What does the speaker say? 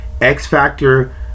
X-Factor